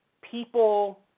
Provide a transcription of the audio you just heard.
people